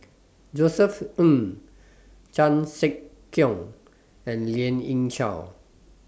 Josef Ng Chan Sek Keong and Lien Ying Chow